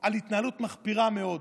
על התנהלות מחפירה מאוד